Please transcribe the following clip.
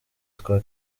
twa